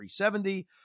370